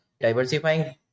diversifying